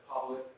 public